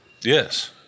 Yes